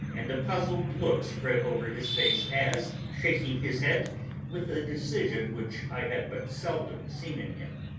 and a puzzled look spread over his face as, shaking his head with a decision which i had but seldom seen in him,